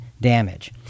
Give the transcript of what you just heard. damage